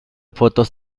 fotos